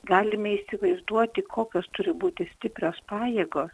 galime įsivaizduoti kokios turi būti stiprios pajėgos